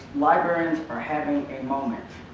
librarians are having a moment.